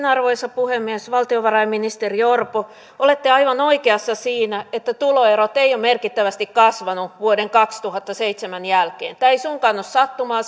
arvoisa puhemies valtiovarainministeri orpo olette aivan oikeassa siinä että tuloerot eivät ole merkittävästi kasvaneet vuoden kaksituhattaseitsemän jälkeen tämä ei suinkaan ole sattumaa